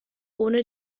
ohne